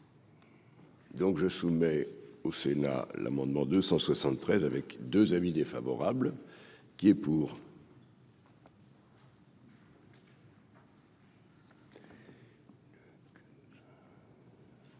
Donc je soumets au Sénat, l'amendement 273 avec 2 amis défavorable qui est pour.